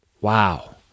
Wow